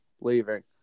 Leaving